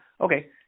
Okay